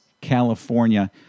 California